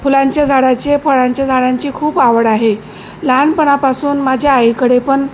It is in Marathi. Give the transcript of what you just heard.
फुलांच्या झाडाचे फळांच्या झाडांची खूप आवड आहे लहानपणापासून माझ्या आईकडे पण